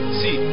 see